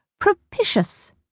propitious